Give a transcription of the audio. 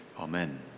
amen